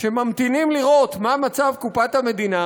שממתינים לראות מה מצב קופת המדינה,